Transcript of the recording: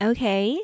Okay